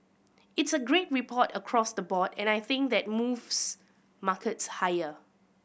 it's a great report across the board and I think that moves markets higher